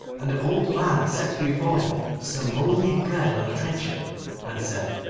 and the old man set before him some mouldy bread on a trencher and said,